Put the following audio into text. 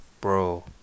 bro